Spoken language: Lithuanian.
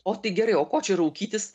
o tai gerai o ko čia raukytis